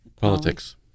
Politics